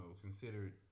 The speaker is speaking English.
considered